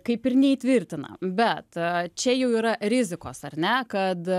kaip ir neįtvirtina bet čia jau yra rizikos ar ne kad